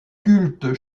culte